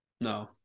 No